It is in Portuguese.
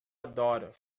adoro